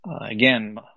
again